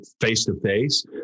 face-to-face